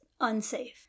unsafe